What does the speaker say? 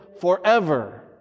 forever